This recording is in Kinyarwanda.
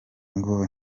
ngo